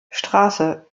straße